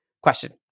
question